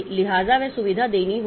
लिहाजा वह सुविधा देनी होगी